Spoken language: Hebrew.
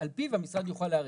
שעל פיו המשרד יוכל להיערך.